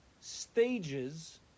stages